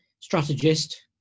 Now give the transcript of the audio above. strategist